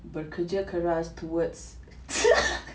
bekerja keras towards